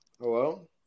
Hello